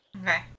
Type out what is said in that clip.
okay